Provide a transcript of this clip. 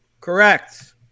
correct